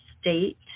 state